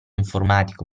informatico